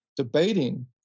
Debating